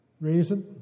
Reason